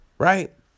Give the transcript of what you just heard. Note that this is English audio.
right